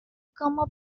como